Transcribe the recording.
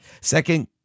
Second